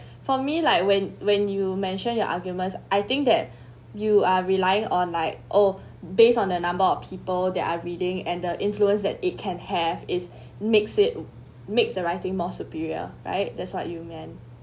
for me like when when you mentioned your arguments I think that you are relying or like oh based on the number of people that are reading and the influence that it can have is makes it makes the writing more superior right that's what you meant